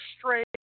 straight